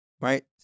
right